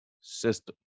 system